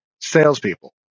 salespeople